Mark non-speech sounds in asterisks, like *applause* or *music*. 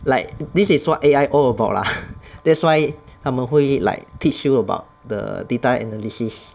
like this is what A_I all about lah *laughs* that's why 它们会 like teach you about the data analysis